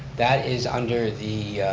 that is under the